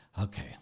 okay